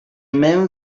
men